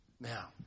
Now